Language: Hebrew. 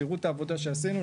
תראו את העבודה שעשינו,